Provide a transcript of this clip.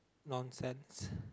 nonsense